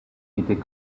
n’était